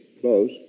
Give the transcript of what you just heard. Close